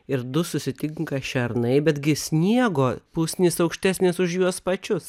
ir du susitinka šernai betgi sniego pusnys aukštesnės už juos pačius